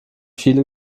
viele